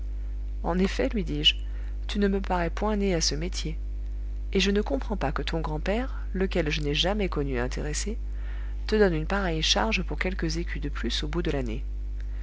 en effet lui dis-je tu ne me parais point née à ce métier et je ne comprends pas que ton grand-père lequel je n'ai jamais connu intéressé te donne une pareille charge pour quelques écus de plus au bout de l'année